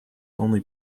only